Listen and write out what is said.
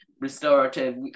restorative